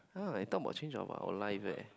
!huh! I talk about change about our life eh